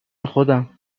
خودم